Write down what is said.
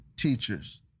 teachers